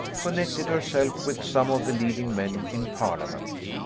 connected herself with some of the leading men in parliament.